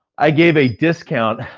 i gave a discount,